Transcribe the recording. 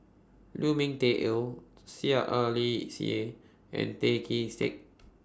Lu Ming Teh Earl Seah R Li Seah and Tan Kee Sek